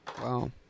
Wow